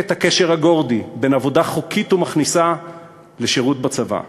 את הקשר הגורדי בין עבודה חוקית וכניסה לשירות בצבא.